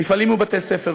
מפעלים ובתי-ספר,